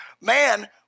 Man